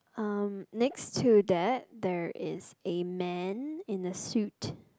um next to that there is a man in a suit